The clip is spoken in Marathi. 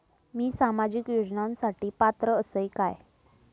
मी सामाजिक योजनांसाठी पात्र असय काय?